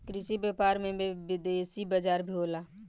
कृषि व्यापार में में विदेशी बाजार भी होला